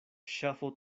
ŝafo